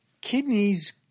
Kidneys